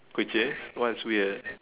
which is what's weird